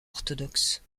orthodoxe